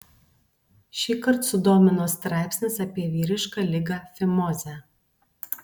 šįkart sudomino straipsnis apie vyrišką ligą fimozę